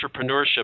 entrepreneurship